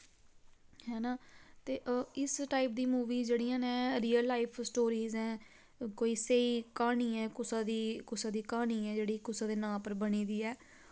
हैना ते इस टाईप दी मूवीस जेह्ड़ियां नै रियल लाईफ स्टोरीस ऐं कोई स्हेई कहानी ऐ कुसा दी कुसा दी कहानी ऐ जेह्ड़ी कुसां दे नांऽ उप्पर बनी दी ऐ